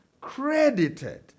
credited